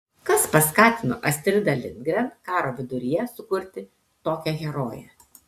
kas paskatino astridą lindgren karo viduryje sukurti tokią heroję